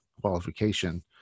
qualification